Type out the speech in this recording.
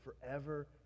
forever